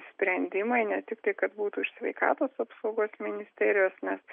sprendimai ne tiktai kad būtų ir sveikatos apsaugos ministerijos nes